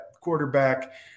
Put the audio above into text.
quarterback –